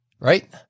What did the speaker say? right